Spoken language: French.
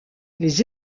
les